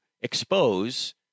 expose